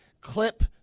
clip